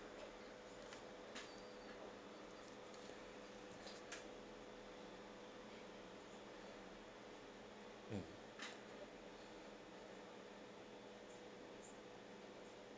mm